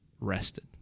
rested